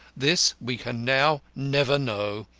this we can now never know,